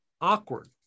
awkward